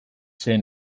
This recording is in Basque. zen